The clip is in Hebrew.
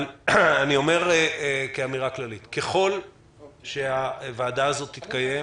אני אומר כאמירה כללית: ככל שהוועדה הזו תתקיים,